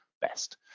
best